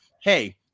Hey